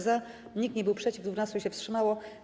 za, nikt nie był przeciw, 12 się wstrzymało.